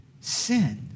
sin